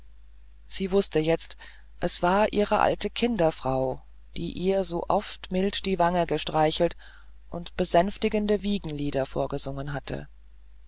sie wußte jetzt es war ihre alte kinderfrau die ihr so oft mild die wangen gestreichelt und besänftigende wiegenlieder vorgesungen hatte